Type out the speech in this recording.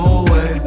away